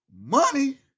Money